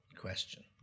Question